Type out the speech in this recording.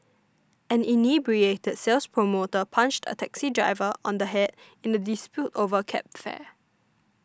an inebriated sales promoter punched a taxi driver on the head in a dispute over cab fare